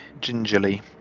gingerly